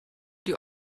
die